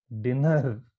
dinner